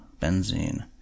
benzene